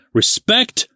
respect